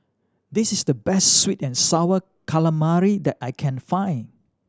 this is the best sweet and Sour Calamari that I can find